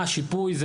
מה השיפוי,